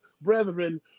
brethren